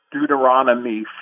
Deuteronomy